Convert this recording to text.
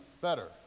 better